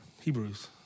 Hebrews